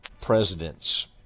presidents